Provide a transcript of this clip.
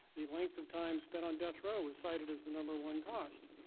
the length of time spent on death row was cited as the number one cost.